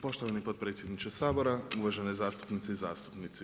Poštovani potpredsjedniče Sabora, uvažene zastupnice i zastupnici.